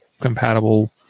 compatible